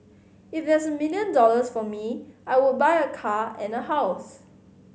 if there's a million dollars for me I would buy a car and a house